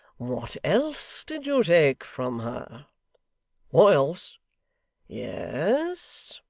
what else did you take from her what else yes,